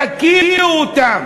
תקיאו אותם.